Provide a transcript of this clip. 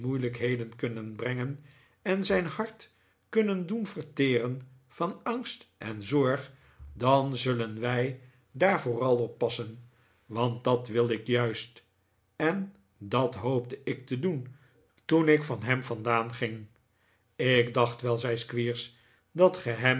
moeilijkheden kunnen brengen en zijn hart kunnen doen verteren van angst en zorg dan zullen wij daar vooral op passen want dat wil ik juist en dat hoopte ik te doen toen ik van hem vandaan ging ik dacht wel zei squeers dat